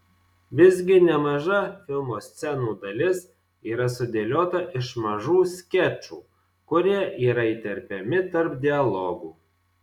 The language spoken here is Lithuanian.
visgi nemaža filmo scenų dalis yra sudėliota iš mažų skečų kurie yra įterpiami tarp dialogų